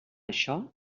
això